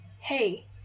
hey